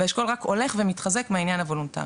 והאשכול רק הולך ומתחזק מהעניין הוולנטרי,